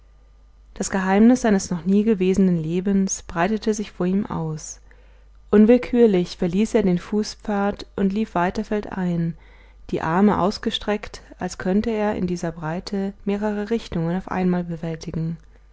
das geheimnis seines noch nie gewesenen lebens breitete sich vor ihm aus unwillkürlich verließ er den fußpfad und lief weiter feldein die arme ausgestreckt als könnte er in dieser breite mehrere richtungen auf einmal bewältigen